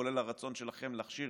כולל הרצון שלכם להכשיר